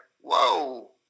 whoa